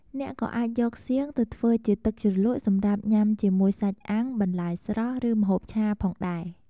អ្នកក៏អាចយកសៀង ទៅធ្វើជាទឹកជ្រលក់សម្រាប់ញ៉ាំជាមួយសាច់អាំង បន្លែស្រស់ ឬម្ហូបឆាផងដែរ។